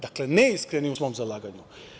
Dakle, neiskren je u svom zalaganju.